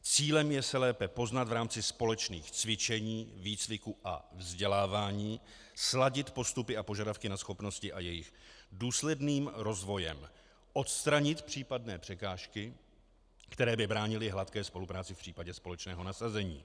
Cílem je se lépe poznat v rámci společných cvičení, výcviku a vzdělávání, sladit postupy a požadavky na schopnosti a jejich důsledným rozvojem odstranit případné překážky, které by bránily hladké spolupráci v případě společného nasazení.